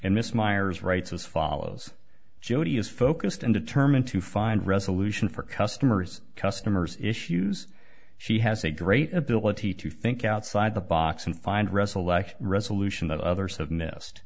and miss meyers writes as follows jodi is focused and determined to find resolution for customers customers issues she has a great ability to think outside the box and find wrestle like resolution that others have missed